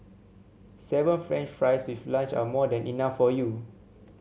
seven French fries with lunch are more than enough for you